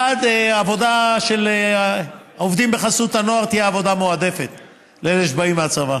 1. העבודה של העובדים בחסות הנוער תהיה עבודה מועדפת לאלה שבאים מהצבא.